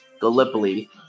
Gallipoli